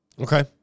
Okay